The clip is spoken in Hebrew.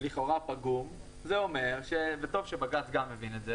לכאורה פגום זה אומר וטוב שגם שבג"צ הבין את זה